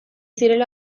zirela